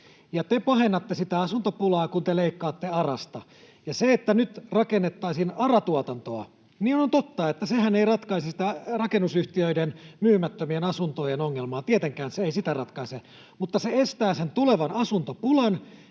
ja te pahennatte sitä asuntopulaa, kun te leikkaatte ARAsta. Ja on totta, että jos nyt rakennettaisiin ARA-tuotantoa, niin sehän ei ratkaisisi rakennusyhtiöiden myymättömien asuntojen ongelmaa. Tietenkään se ei sitä ratkaise, mutta se estää tulevan asuntopulan,